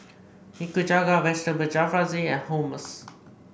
Nikujaga Vegetable Jalfrezi and Hummus